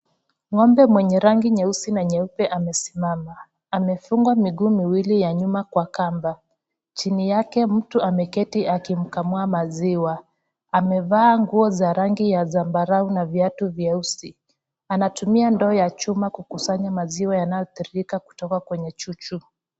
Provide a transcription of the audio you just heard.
Ngombe mwenye rangi nyeusi na nyeupe amesimama. Amefungwa miguu miwili ya nyuma kwa kamba. Chini yake mtu ameketi akimkamua maziwa. Amevaa anguo za rangi ya zambarau na viatu vyeusi. Anatumia ndoo ya chuma kukusanya maziwa yanayotirika kutoka kwenye chuchu.